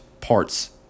parts